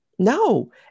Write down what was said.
No